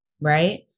right